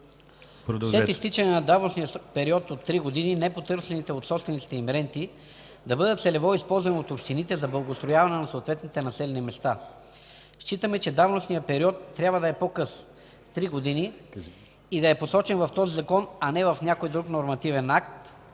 След изтичане на давностния период от 3 г. непотърсените от собствениците им ренти да бъдат целево използвани от общините за благоустрояване на съответните населени места. Считаме, че давностният период трябва да е по-къс от 3 г. и да е посочен в този закон, а не в някой друг нормативен акт,